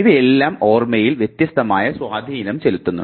ഇവയെല്ലാം ഓർമ്മയിൽ വ്യത്യസ്തമായ സ്വാധീനം ചെലുത്തുന്നുണ്ട്